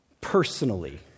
Personally